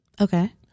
okay